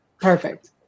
perfect